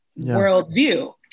worldview